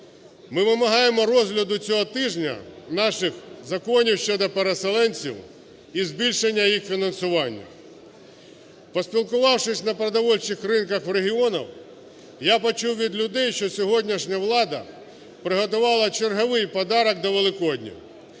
Ми вимагаємо розгляду цього тижня наших законів щодо переселенців і збільшення їх фінансування. Поспілкувавшись на продовольчих ринках в регіонах, я почув від людей, що сьогоднішня влада приготувала черговий подарок до Великодня: